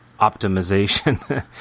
optimization